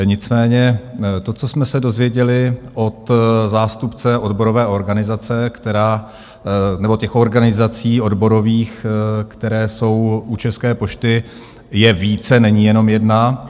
Nicméně to, co jsme se dozvěděli od zástupce odborové organizace... nebo těch organizací odborových, které jsou u České pošty, je více, není jenom jedna.